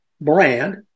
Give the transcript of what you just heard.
brand